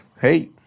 Hey